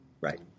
right